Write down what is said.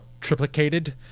triplicated